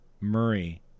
Murray